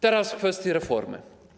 Teraz w kwestii reformy.